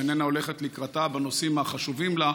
ואיננה הולכת לקראתה בנושאים החשובים לה,